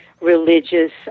religious